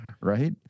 right